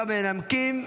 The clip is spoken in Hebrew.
המנמקים,